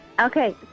Okay